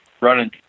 running